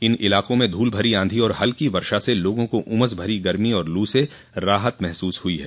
इन इलाकों में धूल भरी आंधी और हल्की वर्षा से लोगों को उमस भरी गर्मी और लू से राहत महसूस हुई है